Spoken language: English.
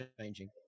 changing